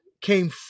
came